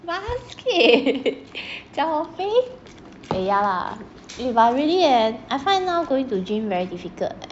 basket 讲我肥 eh ya lah but really eh I find now going to gym very difficult